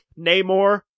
Namor